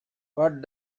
what